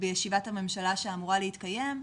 בישיבת הממשלה שאמורה להתקיים,